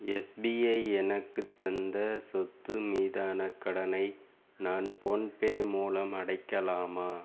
SBI எனக்குத் தந்த சொத்து மீதான கடனை நான் ஃபோன்பே மூலம் அடைக்கலாமா